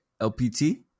LPT